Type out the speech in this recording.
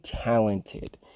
talented